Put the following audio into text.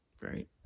right